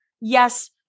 Yes